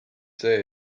see